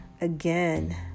again